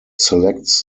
selects